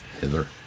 hither